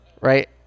right